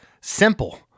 Simple